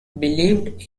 believed